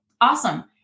awesome